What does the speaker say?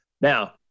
now